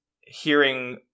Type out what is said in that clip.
hearing